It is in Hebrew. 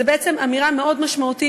זו בעצם אמירה מאוד משמעותית,